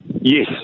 Yes